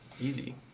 easy